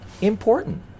important